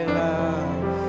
love